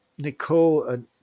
Nicole